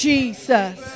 Jesus